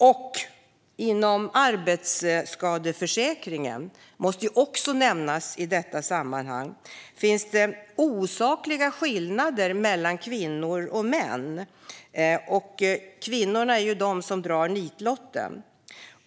Det måste i detta sammanhang också nämnas att det inom arbetsskadeförsäkringen finns osakliga skillnader mellan kvinnor och män, där kvinnorna drar nitlotten.